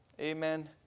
amen